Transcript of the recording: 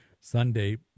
Sunday